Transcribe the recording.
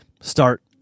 start